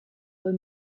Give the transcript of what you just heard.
were